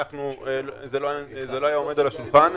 זה לא היה עומד על השולחן,